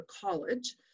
college